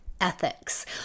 ethics